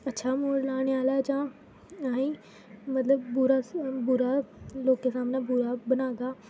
अच्छा मोड़ लाने आह्ला जां अहें ई मतलब बुरा बुरा लोकें सामनै बुरा बनागा